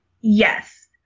Yes